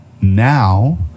now